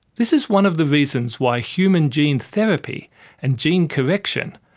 this is one of the reasons why human gene therapy and gene correction,